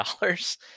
dollars